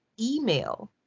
email